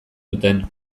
duten